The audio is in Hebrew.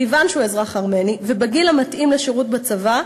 מכיוון שהוא אזרח ארמני ובגיל המתאים לשירות בצבא,